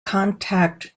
contact